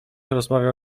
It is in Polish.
rozmawiał